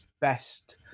best